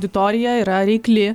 auditorija yra reikli